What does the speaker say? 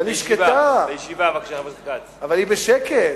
אבל היא שקטה, אבל היא בשקט.